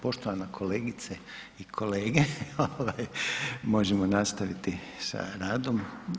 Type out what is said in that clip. Poštovana kolegice i kolege, ovaj možemo nastaviti sa radom.